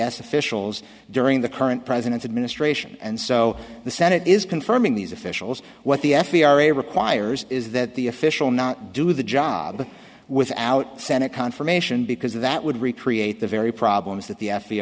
s officials during the current president's administration and so the senate is confirming these officials what the f b i requires is that the official not do the job without senate confirmation because that would recreate the very problems that the f b